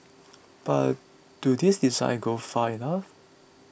but do these designs go far enough